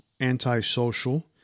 Antisocial